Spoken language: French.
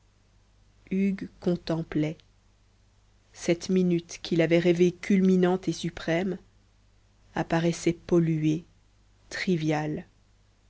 hugues contemplait cette minute qu'il avait rêvée culminante et suprême apparaissait polluée triviale